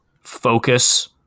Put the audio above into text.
focus